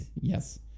yes